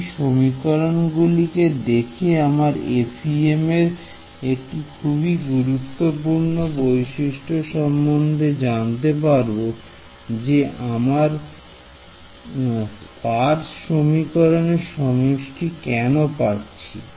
এই সমীকরণ গুলিকে দেখে আমরা FEM এর একটি খুবই গুরুত্বপূর্ণ বৈশিষ্ট্য সম্বন্ধে জানতে পারবো যে আমরা স্পাস সমীকরণের সমষ্টি কেন পাচ্ছি